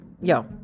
yo